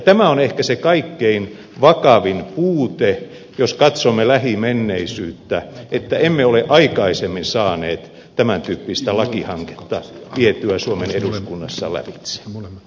tämä on ehkä se kaikkein vakavin puute jos katsomme lähimenneisyyttä että emme ole aikaisemmin saaneet tämän tyyppistä lakihanketta vietyä suomen eduskunnassa lävitse